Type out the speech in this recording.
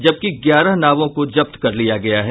जबकि ग्यारह नावों को जब्त कर लिया गया है